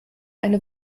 eine